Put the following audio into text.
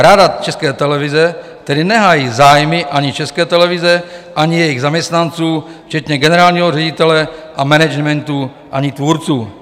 Rada České televize tedy nehájí zájmy ani České televize, ani jejích zaměstnanců včetně generálního ředitele a managementu, ani tvůrců.